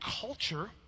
culture